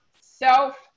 self